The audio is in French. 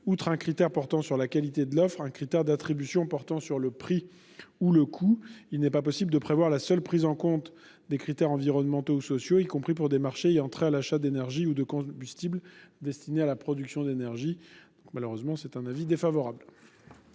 et un critère portant sur la qualité de l'offre et un critère relatif au prix ou au coût. Il n'est pas possible de prévoir la seule prise en compte des critères environnementaux ou sociaux, y compris pour des marchés ayant trait à l'achat d'énergie ou de combustibles destinés à la production d'énergie. Pour ces raisons, la commission émet un avis défavorable